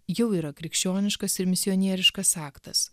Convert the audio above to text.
jau yra krikščioniškas ir misionieriškas aktas